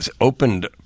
opened